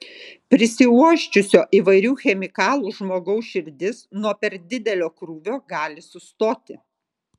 prisiuosčiusio įvairių chemikalų žmogaus širdis nuo per didelio krūvio gali sustoti